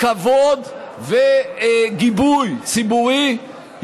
כבוד וגיבוי ציבורי,